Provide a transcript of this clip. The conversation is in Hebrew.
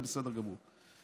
זה בסדר גמור.